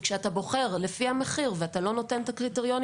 כאשר אתה בוחר לפי המחיר ולא קובע את הקריטריונים